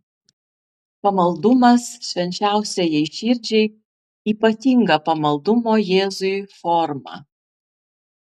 pamaldumas švenčiausiajai širdžiai ypatinga pamaldumo jėzui forma